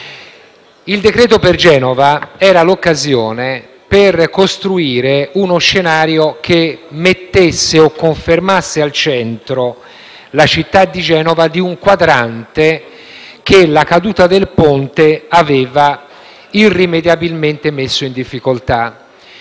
Il decreto-legge per Genova era l’occasione per costruire uno scenario che mettesse o confermasse la città di Genova al centro di un quadrante che la caduta del ponte aveva irrimediabilmente messo in difficoltà.